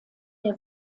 der